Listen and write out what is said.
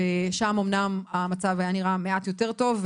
שם אומנם המצב היה נראה מעט יותר טוב,